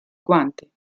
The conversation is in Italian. quanti